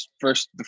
first